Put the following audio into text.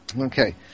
Okay